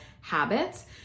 habits